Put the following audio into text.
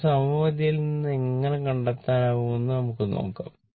എന്നാൽ സമമിതിയിൽ നിന്ന് എങ്ങനെ കണ്ടെത്താനാകുമെന്ന് നമുക്ക് നോക്കാം